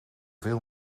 veel